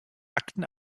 akten